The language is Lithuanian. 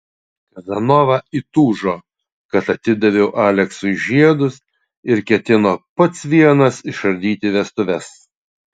kazanova įtūžo kad atidaviau aleksui žiedus ir ketino pats vienas išardyti vestuves